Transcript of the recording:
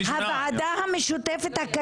הוועדה המשותפת הוקמה לדון בחוק, לא להפוך קבועה.